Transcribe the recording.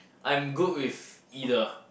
I'm good with either